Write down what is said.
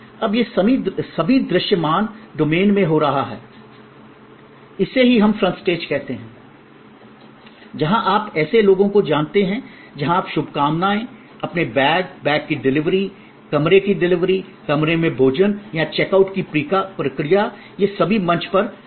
अब ये सभी दृश्यमान डोमेन में हो रहे हैं इसे ही हम फ्रंट स्टेज कहते हैं जहाँ आप ऐसे लोगों को जानते हैं जहाँ आपको शुभकामनाएँ अपने बैग बैग की डिलीवरी कमरे की डिलीवरी कमरे में भोजन या चेक आउट की प्रक्रिया ये सभी मंच पर शामिल हैं